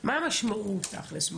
מה המשמעות?